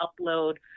upload